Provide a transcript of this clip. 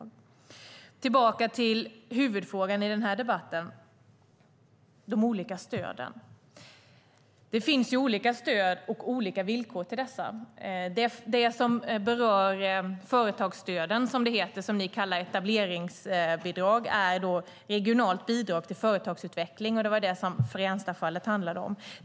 Jag ska gå tillbaka till huvudfrågan i den här debatten. Det gäller de olika stöden. Det finns olika stöd och olika villkor för dessa. Det som berör företagsstöden, som det heter och som ni kallar etableringsbidrag, är regionalt bidrag till företagsutveckling. Det var det som Fränstafallet handlade om.